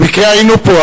במקרה היינו פה.